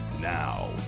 now